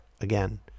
again